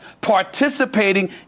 participating